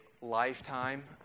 lifetime